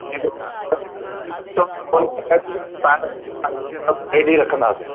तव्हां जो सभु रेडी रखंदासीं